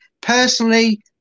personally